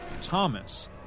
Thomas